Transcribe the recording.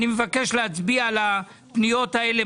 אני מבקש להצביע על הפניות האלה,